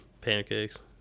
pancakes